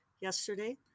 yesterday